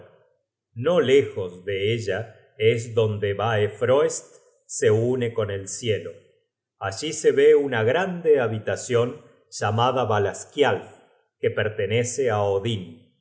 no lejos de ella es donde baefroest se une con el cielo allí se ve una grande habitacion llamada valaskialf que pertenece á odin